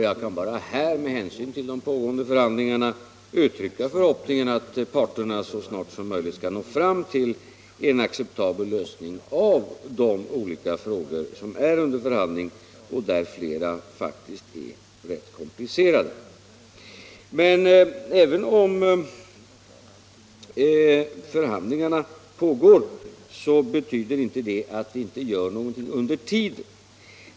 Jag kan bara här, med hänsyn till den pågående förhandlingen, uttrycka förhoppningen att parterna så snart som möjligt skall nå fram till en acceptabel lösning av de olika frågor som är under förhandling, varav flera faktiskt är rätt komplicerade. Även om förhandlingarna pågår betyder inte det att vi inte gör någonting under tiden.